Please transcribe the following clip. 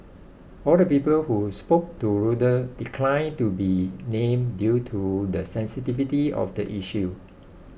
all the people who spoke to Reuter declined to be named due to the sensitivity of the issue